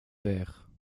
verre